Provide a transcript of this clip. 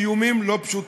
איומים לא פשוטים.